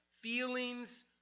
Feelings